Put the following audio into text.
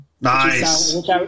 Nice